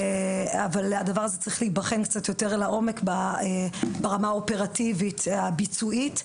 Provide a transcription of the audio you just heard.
אבל הדבר הזה צריך להיבחן קצת יותר לעומק ברמה האופרטיבית הביצועית,